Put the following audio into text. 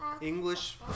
English